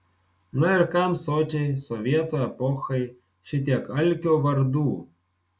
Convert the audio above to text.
na ir kam sočiai sovietų epochai šitiek alkio vardų